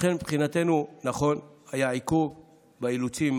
לכן, מבחינתנו, נכון, היה עיכוב באילוצים,